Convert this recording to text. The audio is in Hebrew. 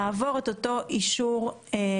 לגבי הקנאביס תלוי במקור שממנו הוא בא.